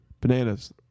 Bananas